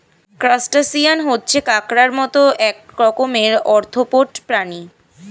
crustacean হচ্ছে কাঁকড়ার মত এক রকমের আর্থ্রোপড প্রাণী